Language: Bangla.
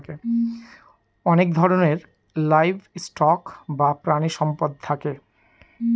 অনেক রকমের লাইভ স্টক বা প্রানীসম্পদ থাকে